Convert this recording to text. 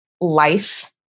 life